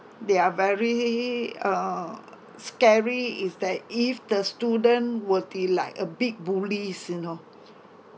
they are very uh scary is that if the student will be like a big bullies you know